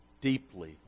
Deeply